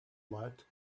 lead